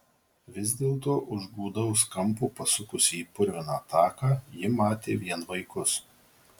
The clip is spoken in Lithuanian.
vis dėlto už gūdaus kampo pasukusi į purviną taką ji matė vien vaikus